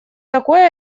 такое